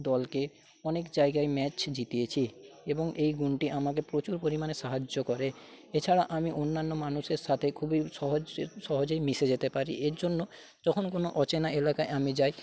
দলকে অনেক জায়গায় ম্যাচ জিতিয়েছি এবং এই গুণটি আমাকে প্রচুর পরিমাণে সাহায্য করে এছাড়া আমি অন্যান্য মানুষের সাথে খুবই সহজ সহজেই মিশে যেতে পারি এর জন্য যখন কোনো অচেনা এলাকায় আমি যাই